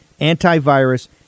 antivirus